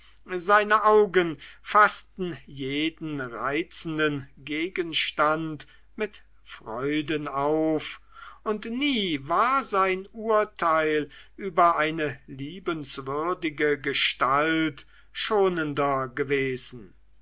seine augen faßten jeden reizenden gegenstand mit freuden auf und nie war sein urteil über eine liebenswürdige gestalt schonender gewesen